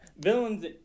villains